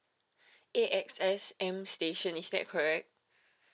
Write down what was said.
A_X_S M station is that correct